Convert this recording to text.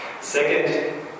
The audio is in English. Second